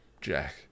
Jack